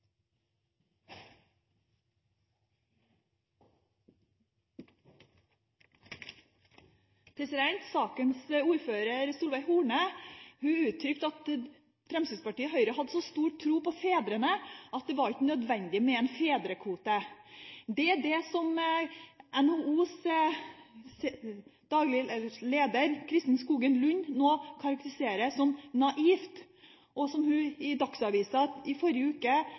familien. Sakens ordfører Solveig Horne uttrykte at Fremskrittspartiet og Høyre hadde så stor tro på fedrene at det ikke var nødvendig med en fedrekvote. Det er det NHO-leder Kristin Skogen Lund nå karakteriserer som naivt, og i Dagsavisen i forrige uke